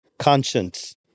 Conscience